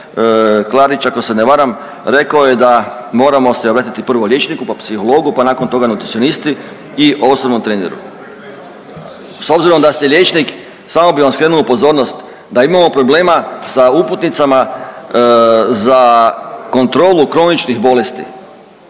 Klarić ako se ne varam, rekao je da moramo se obratiti prvo liječniku, pa psihologu, pa nakon toga nutricionisti i osobnom treneru. S obzirom da ste liječnik samo bi vam skrenuo pozornost da imamo problema sa uputnicama za kontrolu kroničnih bolesti,